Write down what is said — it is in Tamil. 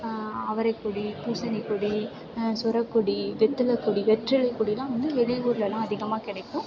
அவரைக்கொடி பூசணிக்கொடி சுரைக்கொடி வெற்றிலக்கொடி வெற்றிலை கொடியெலாம் வந்து வெளியூர்லெலாம் அதிகமாக கிடைக்கும்